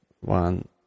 one